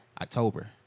October